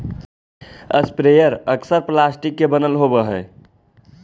sprayer अक्सर plastic के बनल होवऽ हई